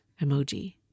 emoji